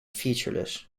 featureless